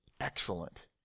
excellent